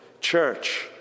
church